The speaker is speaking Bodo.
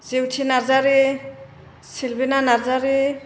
जेउथि नार्जारि सिलबिना नार्जारि